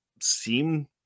seem